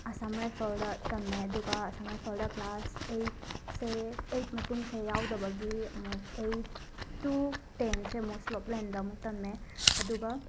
ꯑꯁꯝ ꯔꯥꯏꯐꯜꯗ ꯇꯝꯃꯦ ꯑꯗꯨꯒ ꯑꯁꯝ ꯔꯥꯏꯐꯜꯗ ꯀ꯭ꯂꯥꯁ ꯑꯩꯠꯁꯦ ꯑꯩꯠ ꯃꯇꯨꯡꯁꯦ ꯌꯥꯎꯗꯕꯒꯤ ꯑꯃꯨꯛ ꯑꯩꯠ ꯇꯨ ꯇꯦꯟꯁꯦ ꯑꯃꯨꯛ ꯁ꯭ꯂꯣꯞ ꯂꯦꯟꯗ ꯑꯃꯨꯛ ꯇꯝꯃꯦ ꯑꯗꯨꯒ